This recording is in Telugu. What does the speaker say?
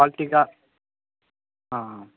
క్వాలిటీగా